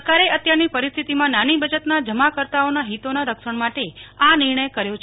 સરકારે અત્યારની પરિસ્થિતિમાં નાની બયતના જમાકર્તાઓના હિતોના રક્ષણ માટે આ નિર્ણય કર્યો છે